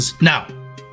now